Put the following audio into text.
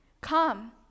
come